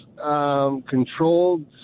Controlled